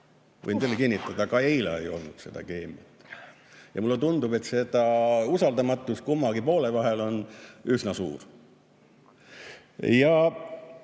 Võin teile kinnitada, et ka eile ei olnud seda keemiat. Ja mulle tundub, et see usaldamatus kummalgi poolel on üsna suur. Miks